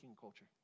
culture